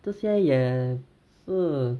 这些也是